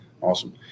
Awesome